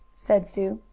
said sue.